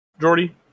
Jordy